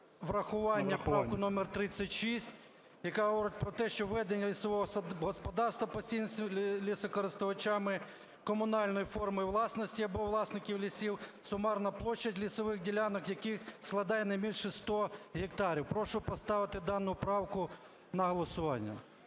врахування правку номер 36, яка говорить про те, що ведення лісового господарства лісокористувачами комунальної форми власності або власників лісів, сумарна площа лісових ділянок яких складає не менше 100 гектарів. Прошу поставити дану правку на голосування.